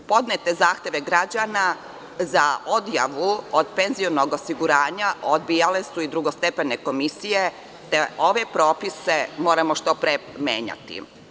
Podnete zahteve građana za odjavu od penzionog osiguranja odbijale su i drugostepene komisije, te ove propise moramo što pre primenjivati.